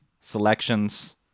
selections